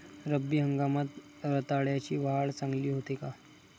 रब्बी हंगामात रताळ्याची वाढ चांगली होते का?